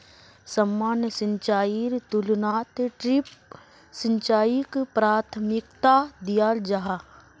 सामान्य सिंचाईर तुलनात ड्रिप सिंचाईक प्राथमिकता दियाल जाहा